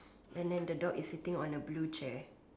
and then the dog is sitting on a blue chair